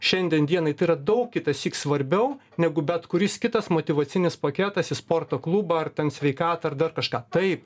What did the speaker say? šiandien dienai tai yra daug kitąsyk svarbiau negu bet kuris kitas motyvacinis paketas į sporto klubą ar ten sveikatą ar dar kažką taip